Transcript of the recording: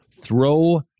Throw